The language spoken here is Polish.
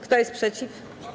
Kto jest przeciw?